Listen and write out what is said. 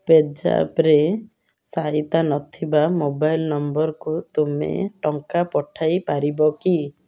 ପେଜାପ୍ରେ ସାରିତା ନଥିବା ମୋବାଇଲ ନମ୍ବରକୁ ତୁମେ ଟଙ୍କା ପଠାଇ ପାରିବ କି